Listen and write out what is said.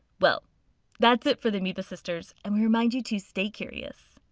well that's it for the amoeba sisters and we remind you to stay curious.